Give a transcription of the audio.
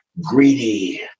greedy